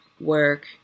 work